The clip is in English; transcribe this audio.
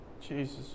jesus